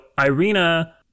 Irina